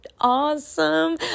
awesome